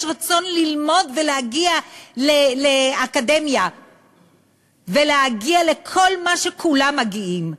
יש רצון ללמוד ולהגיע לאקדמיה ולהגיע לכל מה שכולם מגיעים.